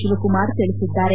ಶಿವಕುಮಾರ್ ತಿಳಿಸಿದ್ದಾರೆ